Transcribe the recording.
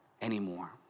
anymore